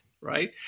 right